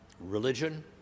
religion